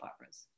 operas